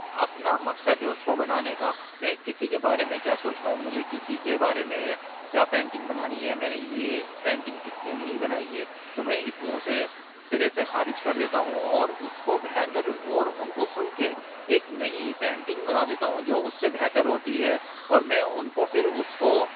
اپنا مقصد ہے اس کو بنانے کا میں کسی کے بارے میں کیا سوچتا ہوں مجھے کسی کے بارے میں کیا پینٹںگ بنانی ہے میں نے یہ پینٹنگ اس لیے نہیں بنائی ہے تو میں اس لیے اسے سرے سے خارج کر دیتا ہوں اور اس کو بہتر اور ان کو سن کے ایک نئی پینٹںگ بنا دیتا ہوں جو اس سے بہتر ہوتی ہے اور میں ان کو پھر اس کو